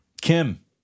Kim